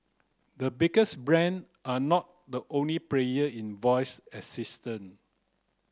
the biggest brand are not the only player in voice assistant